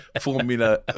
Formula